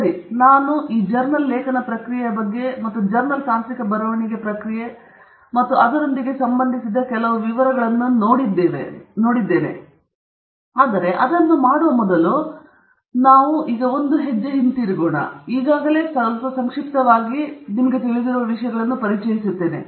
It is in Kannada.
ಸರಿ ನಾವು ಈ ಜರ್ನಲ್ ಲೇಖನ ಪ್ರಕ್ರಿಯೆಯ ಬಗ್ಗೆ ಮತ್ತು ಜರ್ನಲ್ ತಾಂತ್ರಿಕ ಬರವಣಿಗೆ ಪ್ರಕ್ರಿಯೆ ಮತ್ತು ಅದರೊಂದಿಗೆ ಸಂಬಂಧಿಸಿದ ಕೆಲವು ವಿವರಗಳು ಆದರೆ ನಾವು ಅದನ್ನು ಮಾಡುವ ಮೊದಲು ನಾವು ಒಂದು ಹೆಜ್ಜೆ ಹಿಂತಿರುಗುತ್ತೇವೆ ಮತ್ತು ನಾನು ಈಗಾಗಲೇ ಸ್ವಲ್ಪ ಸಂಕ್ಷಿಪ್ತವಾಗಿ ನಿಮಗೆ ಈಗಾಗಲೇ ತಿಳಿದಿರುವ ವಿಷಯಗಳನ್ನು ಪರಿಚಯಿಸುತ್ತೇನೆ